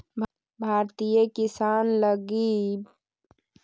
भारतीय किसान लगी फसल बीमा योजना राहत वाला बात हइ